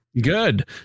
Good